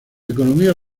economía